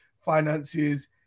Finances